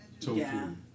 tofu